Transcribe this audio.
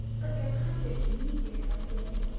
but you're kinder to me, dear north wind.